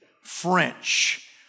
French